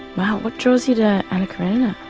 wow, what draws you to anna karenina?